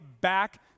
back